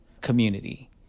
community